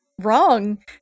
wrong